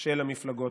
של המפלגות.